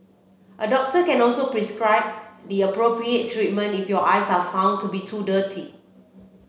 a doctor can also prescribe the appropriate treatment if your eyes are found to be too dry